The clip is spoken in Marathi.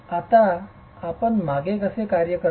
आता आपण मागे कसे कार्य करता